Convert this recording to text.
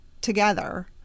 together